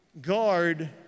Guard